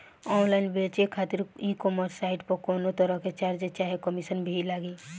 Online बेचे खातिर e commerce site पर कौनोतरह के चार्ज चाहे कमीशन भी लागी?